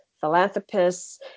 philanthropists